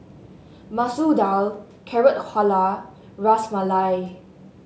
Masoor Dal Carrot Halwa Ras Malai